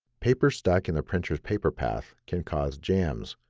paper stuck in the printer's paper path can cause jams.